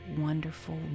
wonderful